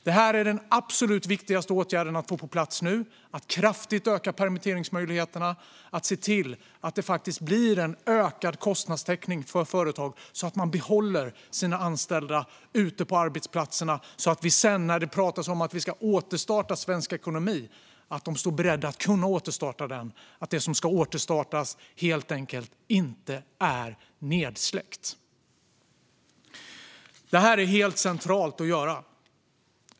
Den absolut viktigaste åtgärden att få på plats nu är att kraftigt öka permitteringsmöjligheterna och se till att det blir en större kostnadstäckning för företagen så att de behåller sina anställda ute på arbetsplatserna så att de sedan, när det pratas om att vi ska återstarta svensk ekonomi, står beredda att återstarta den och så att det som ska återstartas inte är nedsläckt. Detta är helt centralt att göra.